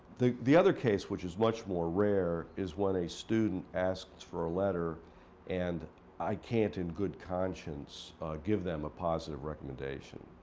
the the other case, which is much, more rare, is when a student asks for a letter and i can't in good conscious give them a positive recommendation.